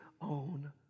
own